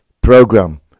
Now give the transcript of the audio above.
program